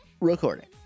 Recording